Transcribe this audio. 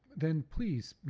then please, you